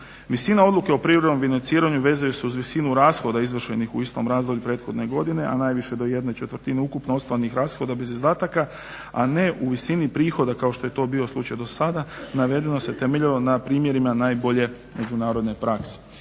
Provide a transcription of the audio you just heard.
Visina odluke o privremenom …/Govornik se ne razumije./… vezuju se uz visinu rashoda izvršenih u istom razdoblju prethodne godine, a najviše do jedne četvrtine ukupno ostvarenih rashoda bez izdataka, a ne u visini prihoda kao što je to bio slučaj dosada. Navedeno se temeljilo na primjerima najbolje međunarodne prakse.